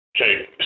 Okay